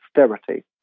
austerity